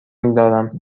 میدارم